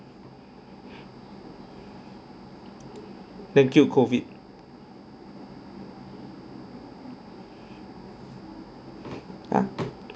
thank you COVID ah